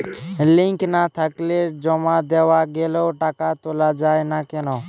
Link না থাকলে জমা দেওয়া গেলেও টাকা তোলা য়ায় না কেন?